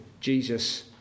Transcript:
Jesus